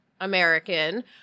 American